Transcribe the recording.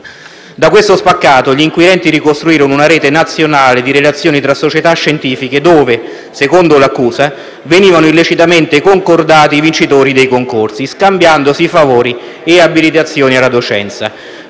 Da questo spaccato gli inquirenti ricostruirono una rete nazionale di relazioni tra società scientifiche dove, secondo l'accusa, venivano illecitamente concordati i vincitori dei concorsi, con lo scambio di favori e abilitazioni alla docenza.